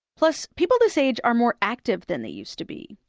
plus, people this age are more active than they used to be.